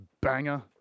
banger